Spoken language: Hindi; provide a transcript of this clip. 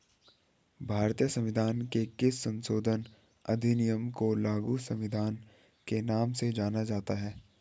भारतीय संविधान के किस संशोधन अधिनियम को लघु संविधान के नाम से जाना जाता है?